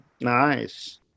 nice